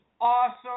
awesome